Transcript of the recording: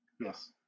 Yes